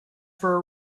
for